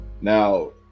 Now